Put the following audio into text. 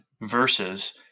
verses